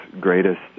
greatest